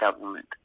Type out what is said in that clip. government